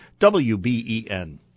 WBEN